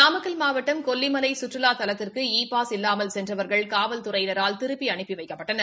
நாமக்கல் மாவட்டம் கொல்லிமலை சுற்றுலா தலத்திற்கு இ பாஸ் இல்லாமல் சென்றவா்கள் காவல்துறையினரால் திருப்பி அனுப்பி வைக்கப்பட்டனர்